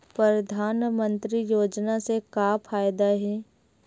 परधानमंतरी योजना से का फ़ायदा हे?